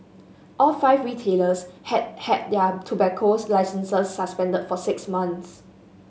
all five retailers have had their tobaccos licences suspended for six months